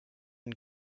une